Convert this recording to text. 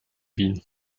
wien